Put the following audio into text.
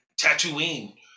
Tatooine